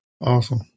Awesome